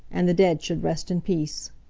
and the dead should rest in peace.